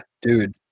dude